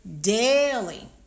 Daily